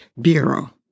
Bureau